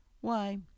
Why